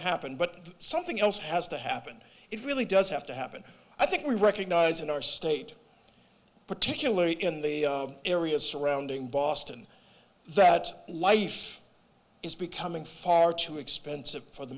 happen but something else has to happen it really does have to happen i think we recognise in our state particularly in the areas surrounding boston that life is becoming far too expensive for the